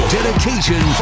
Dedication